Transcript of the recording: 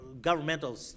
governmental